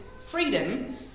freedom